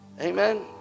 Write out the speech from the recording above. Amen